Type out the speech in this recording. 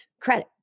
credit